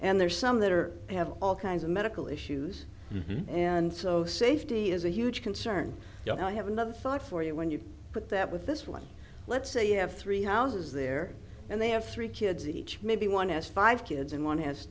and there are some that are have all kinds of medical issues and so safety is a huge concern i have another thought for you when you put that with this one let's say you have three houses there and they have three kids each maybe one has five kids and one has